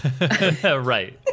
right